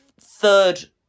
third